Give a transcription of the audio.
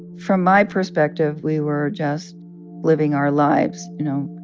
from my perspective, we were just living our lives you know,